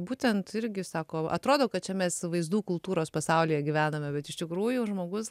būtent irgi sako atrodo kad čia mes vaizdų kultūros pasaulyje gyvename bet iš tikrųjų žmogus